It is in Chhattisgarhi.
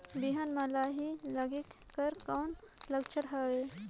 बिहान म लाही लगेक कर कौन लक्षण हवे?